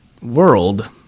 world